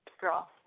girl